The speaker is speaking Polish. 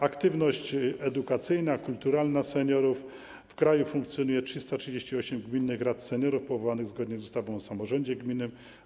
Aktywność edukacyjna i kulturalna seniorów - w kraju funkcjonuje 338 gminnych rad seniorów powoływanych zgodnie z ustawą o samorządzie gminnym.